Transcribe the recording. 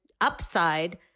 upside